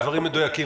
הדברים מדויקים.